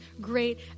great